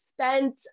spent